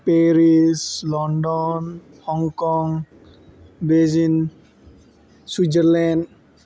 Paris London Hong Kong Beijing Switzerland